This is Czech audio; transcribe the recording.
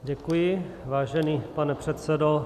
Děkuji, vážený pane předsedo.